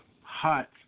hot